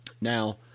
Now